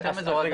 על